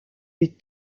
les